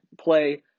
Play